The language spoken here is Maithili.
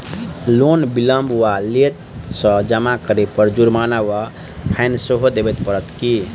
लोन विलंब वा लेट सँ जमा करै पर जुर्माना वा फाइन सेहो देबै पड़त की?